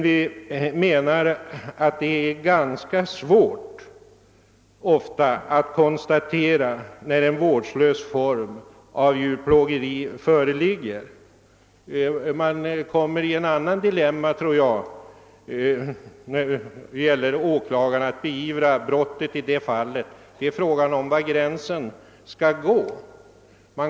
Vi anser det dock svårt att konstatera när en vårdslös form av djurplågeri föreligger. Man hamnar i det fallet i ett annat dilemma när det gäller att beivra brottet. Det är frågan om var gränsen skall gå.